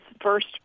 first